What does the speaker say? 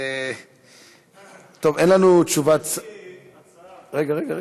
אין לנו תשובת, הצעה.